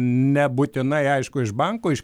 nebūtinai aišku iš bankų iš